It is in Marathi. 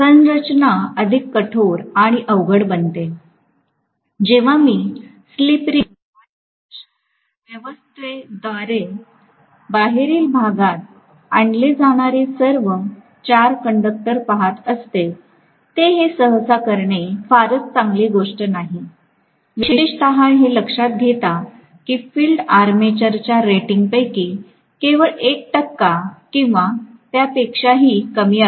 संरचना अधिक कठोर आणि अवघड बनते जेव्हा मी स्लिप रिंग आणि ब्रश व्यवस्थेद्वारे बाहेरील भागात आणले जाणारे सर्व 4 कंडक्टर पहात असतो ते हे सहसा करणे फारच चांगली गोष्ट नाही विशेषत हे लक्षात घेता की फील्ड आर्मेचरच्या रेटिंगपैकी केवळ 1 टक्का किंवा त्यापेक्षाही कमी असेल